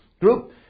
group